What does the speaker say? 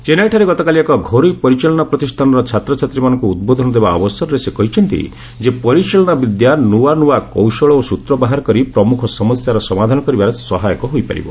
ଚେନ୍ନାଇଠାରେ ଗତକାଲି ଏକ ଘରୋଇ ପରିଚାଳନା ପ୍ରତିଷ୍ଠାନର ଛାତ୍ ଛାତ୍ ାମାନଙ୍କୁ ଉଦ୍ବୋଧନ ଦେବା ଅବସରରେ ସେ କହିଛନ୍ତି ଯେ ପରିଚାଳନା ବିଦ୍ୟା ନୂଆ ନୂଆ କୌଶଳ ଓ ସ୍ୱତ୍ର ବାହାର କରି ପ୍ରମୁଖ ସମସ୍ୟାର ସମାଧାନ କରିବାରେ ସହାୟକ ହୋଇପାରିବ